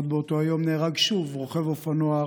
עוד באותו היום נהרג עוד רוכב אופנוע,